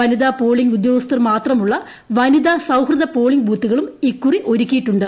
വനിത polling ഉദ്യോഗിസ്മർമാത്രമുള്ള വനിത സൌഹൃദ പോളിംഗ് ബൂത്തുകളും ഇക്കുറി ഒരുക്കിയിട്ടുണ്ട്